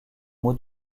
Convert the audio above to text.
mots